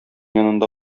янында